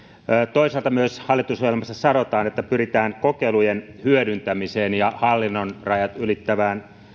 toisaalta hallitusohjelmassa myös sanotaan että pyritään kokeilujen hyödyntämiseen ja hallinnon rajat ylittävään